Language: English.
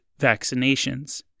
vaccinations